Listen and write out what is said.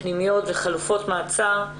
פנימיות וחלופות מעצר.